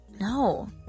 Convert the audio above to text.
no